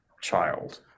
child